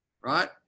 right